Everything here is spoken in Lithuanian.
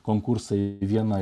konkursai viena